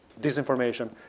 disinformation